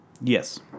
Yes